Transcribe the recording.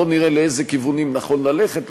בוא נראה לאיזה כיוונים נכון ללכת,